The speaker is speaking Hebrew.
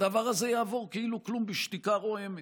והדבר הזה יעבור כאילו כלום, בשתיקה רועמת,